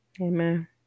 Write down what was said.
Amen